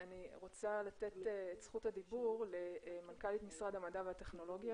אני רוצה לתת את זכות הדיבור למנכ"לית משרד המדע והטכנולוגיה,